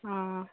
ஆ ஆ